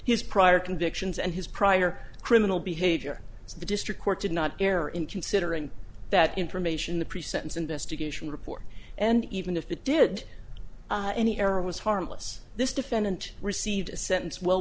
his prior convictions and his prior criminal behavior so the district court did not err in considering that information the pre sentence investigation report and even if it did any error was harmless this defendant received a sentence well